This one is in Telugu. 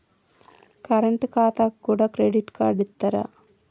కరెంట్ ఖాతాకు కూడా క్రెడిట్ కార్డు ఇత్తరా?